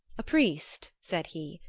a priest, said he,